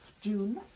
June